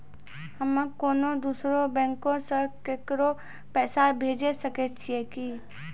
हम्मे कोनो दोसरो बैंको से केकरो पैसा भेजै सकै छियै कि?